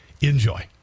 enjoy